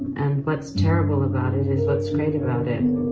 and what's terrible about it is what's great about it.